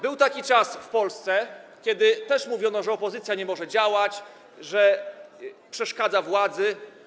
Był taki czas w Polsce, kiedy też mówiono, że opozycja nie może działać, że przeszkadza władzy.